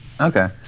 okay